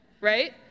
right